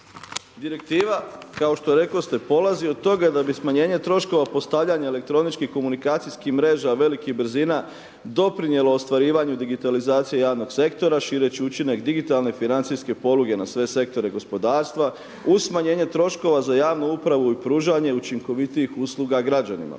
direktiva kao što rekoste polazi od toga da bi smanjenje troškova postavljanja elektroničkih komunikacijskih mreža velikih brzina doprinijelo ostvarivanju digitalizacije javnog sektora šireći učinak digitalne financijske poluge na sve sektore gospodarstva uz smanjenje troškova za javnu upravu i pružanje učinkovitijih usluga građanima.